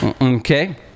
Okay